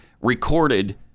recorded